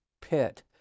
pit